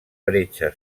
bretxa